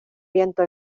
viento